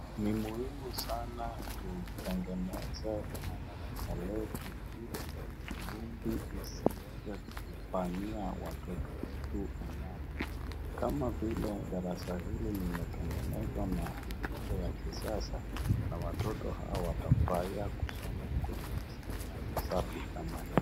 Ni muhimu sana tutengeneze madarasa yetu, ili vumbi isiweze kufanyia watoto wetu unyama, kama vile darasa hili limetengenezwa na muundo wa kisasa, na wototo hawa watafurahia kusoma kwenye mazingira masafi kama hii.